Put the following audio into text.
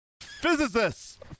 Physicists